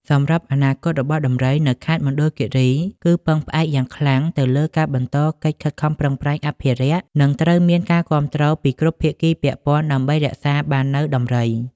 សម្រាប់អនាគតរបស់ដំរីនៅខេត្តមណ្ឌលគិរីគឺពឹងផ្អែកយ៉ាងខ្លាំងទៅលើការបន្តកិច្ចខិតខំប្រឹងប្រែងអភិរក្ស និងត្រូវមានការគាំទ្រពីគ្រប់ភាគីពាក់ព័ន្ធដើម្បីរក្សាបាននូវដំរី។